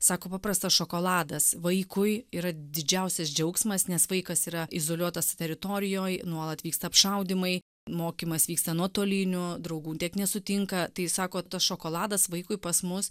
sako paprastas šokoladas vaikui yra didžiausias džiaugsmas nes vaikas yra izoliuotas teritorijoj nuolat vyksta apšaudymai mokymas vyksta nuotoliniu draugų tiek nesutinka tai sako tas šokoladas vaikui pas mus